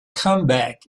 comeback